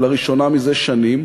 לראשונה זה שנים,